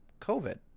COVID